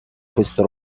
questo